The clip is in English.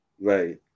Right